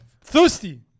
thirsty